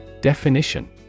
Definition